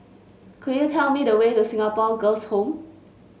could you tell me the way to Singapore Girls' Home